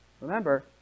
Remember